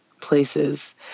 places